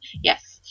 yes